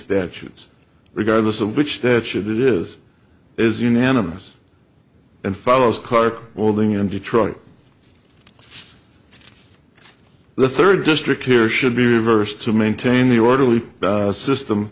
statutes regardless of which tach it is is unanimous and follows kark welding in detroit the third district here should be reversed to maintain the orderly system